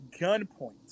gunpoint